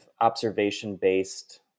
observation-based